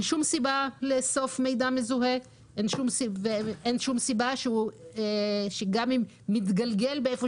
שום סיבה לאסוף מידע מזוהה ואין שום סיבה שגם אם מתגלגל איפה